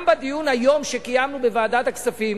גם בדיון שקיימנו היום בוועדת הכספים